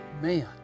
man